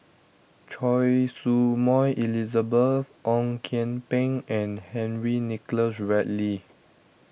Choy Su Moi Elizabeth Ong Kian Peng and Henry Nicholas Ridley